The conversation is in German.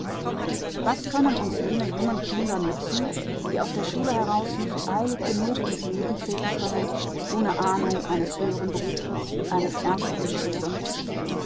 was können uns jene jungen kinder nützen die aus der schule heraus nicht eilig genug in's leben treten können ohne ahnung eines höheren berufes eines ernsteren strebens